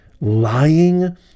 lying